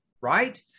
right